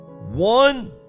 one